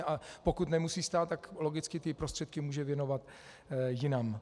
A pokud nemusí stát, tak logicky ty prostředky může věnovat jinam.